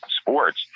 sports